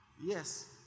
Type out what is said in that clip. Yes